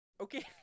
Okay